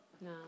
no